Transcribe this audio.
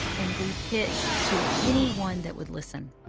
and we'd pitch to anyone that would listen.